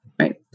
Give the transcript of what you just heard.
right